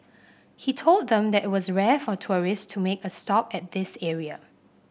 he told them that it was rare for tourist to make a stop at this area